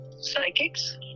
psychics